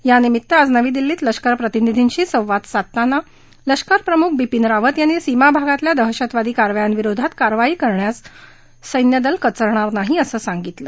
या निमित्त आज नवी दिल्लीत लष्कर प्रतिनिधींशी संवाद साधताना लष्करप्रमुख बिपीन रावत यांनी सीमाभागातल्या दहशतवादी कारवायांविरोधात कारवाई करण्यास सैन्यदल कचरणार नाही असं सांगितलं